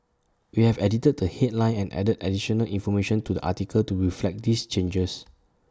we have edited the headline and added additional information to the article to reflect these changes